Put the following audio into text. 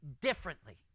differently